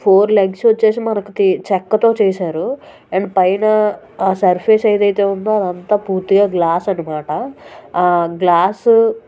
four legs వచ్చేసి మనకు తీ చెక్కతో చేసారు అండ్ పైన సర్ఫేస్ ఏది అయితే ఉందో అదంతా పూర్తిగా గ్లాస్ అనమాట గ్లాసు